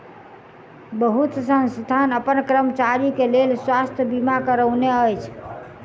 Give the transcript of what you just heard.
बहुत संस्थान अपन कर्मचारी के लेल स्वास्थ बीमा करौने अछि